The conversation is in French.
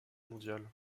mondiale